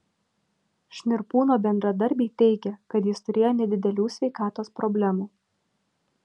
šnirpūno bendradarbiai teigė kad jis turėjo nedidelių sveikatos problemų